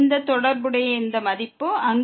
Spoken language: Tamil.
இதற்கு ஒத்த மதிப்பு L